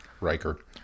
Riker